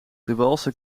waalse